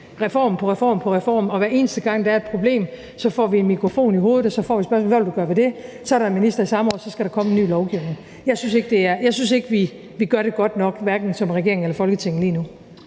reform på reform på reform, og hver eneste gang der er et problem, får vi en mikrofon i hovedet og spørgsmålet: Hvad vil du gøre ved det? Så er der en minister i samråd, og så skal der komme en ny lovgivning. Jeg synes ikke, vi gør det godt nok lige nu, hverken som regering eller Folketing. Kl.